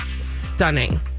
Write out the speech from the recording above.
stunning